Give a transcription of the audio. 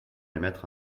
émettre